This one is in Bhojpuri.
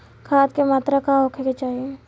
खाध के मात्रा का होखे के चाही?